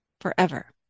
forever